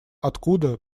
откуда